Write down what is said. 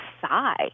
sigh